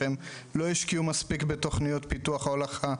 שהם לא השקיעו מספיק בתוכניות פיתוח ההולכה.